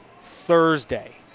Thursday